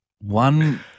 One